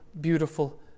beautiful